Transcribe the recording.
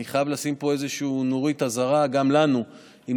אני חייב לשים פה איזושהי נורית אזהרה גם לנו: אם